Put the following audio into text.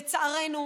לצערנו,